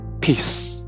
peace